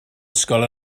ysgol